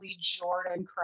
Jordan